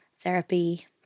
therapy